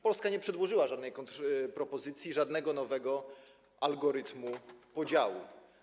Polska nie przedłożyła żadnej kontrpropozycji, żadnego nowego algorytmu podziału.